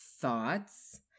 thoughts